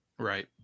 Right